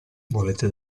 volete